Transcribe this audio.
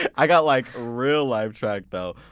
i got like real-life tracked though.